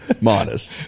Minus